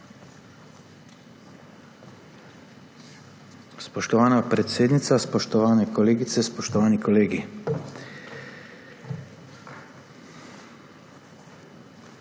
Spoštovana predsednica, spoštovane kolegice, spoštovani kolegi!